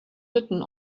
written